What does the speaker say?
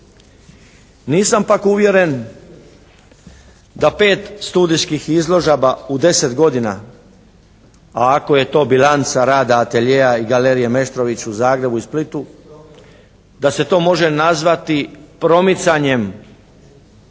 Nisam pak uvjeren da 5 studijskih izložaba u 10 godina, a ako je to bilanca rada atelijera i galerije Meštrović u Zagrebu i Splitu da se to može nazvati promicanjem